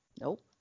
Nope